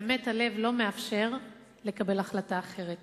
באמת הלב, לא מאפשר לקבל החלטה אחרת.